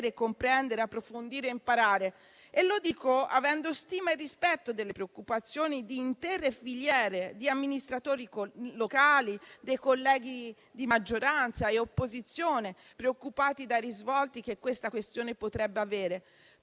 comprendere, approfondire e imparare e lo dico avendo stima e rispetto delle preoccupazioni di intere filiere, di amministratori locali e dei colleghi di maggioranza e opposizione, relative ai risvolti che la questione potrebbe avere.